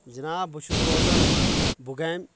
جناب بہٕ چھُس روزان بُگامہِ